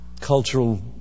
cultural